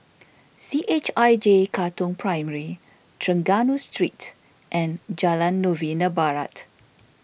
C H I J Katong Primary Trengganu Street and Jalan Novena Barat